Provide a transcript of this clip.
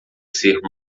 ser